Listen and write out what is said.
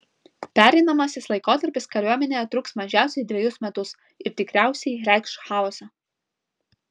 pereinamasis laikotarpis kariuomenėje truks mažiausiai dvejus metus ir tikriausiai reikš chaosą